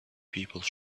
people